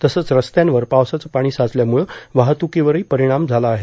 तसंच रस्त्यांवर पावसाचं पाणी साचल्याम्रळं वाहतुकीवरही परिणाम झाला आहे